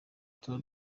tuba